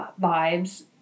vibes